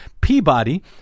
Peabody